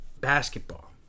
Basketball